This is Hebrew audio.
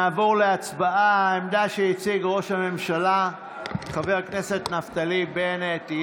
נעבור להצבעה על העמדה שהציג ראש הממשלה חבר הכנסת נפתלי בנט.